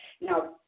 Now